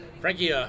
Frankie